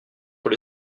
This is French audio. pour